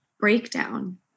breakdown